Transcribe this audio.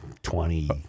twenty